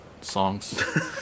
songs